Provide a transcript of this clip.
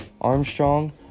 Armstrong